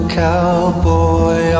cowboy